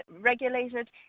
regulated